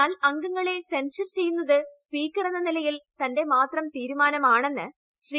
എന്നാൽ അംഗങ്ങളെ സെൻഷർ ചെയ്യുന്നത് സ്പീക്കറെന്ന് ന്നിലയിൽ തന്റെ മാത്രം തീരുമാനമാണെന്ന് ശ്രീ